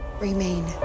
remain